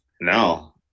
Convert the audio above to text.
No